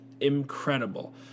incredible